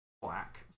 black